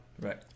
right